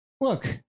look